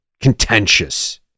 contentious